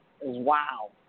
wow